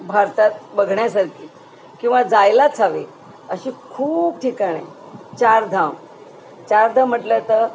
भारतात बघण्यासारखी किंवा जायलाच हवे अशी खूप ठिकाणंं आहेत चारधाम चारधाम म्हटलं तर